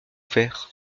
faire